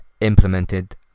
implemented